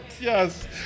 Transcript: yes